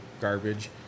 garbage